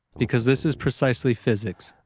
because this is precisely physics.